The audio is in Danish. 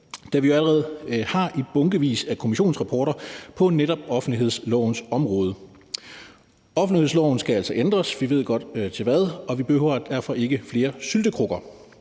da vi jo allerede har i bunkevis af kommissionsrapporter på netop offentlighedslovens område. Offentlighedsloven skal altså ændres. Vi ved godt til hvad, og vi behøver derfor ikke flere syltekrukker.